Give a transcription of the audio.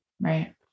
Right